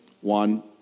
One